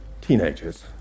teenagers